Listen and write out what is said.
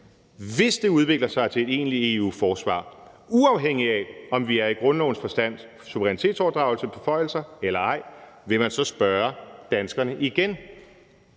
hvis det udvikler sig til et egentligt EU-forsvar, uafhængigt af, om vi i grundlovens forstand er i suverænitetoverdragelse, beføjelser eller ej, vil man så spørge danskerne igen?